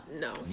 no